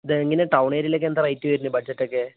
ഇത് എങ്ങനെയാണ് ടൗൺ ഏരിയയില് ഒക്കെ എന്താ റേറ്റ് വരുന്നത് ബഡ്ജറ്റ് ഒക്കെ